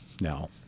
now